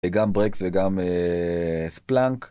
וגם ברקס וגם ספלנק.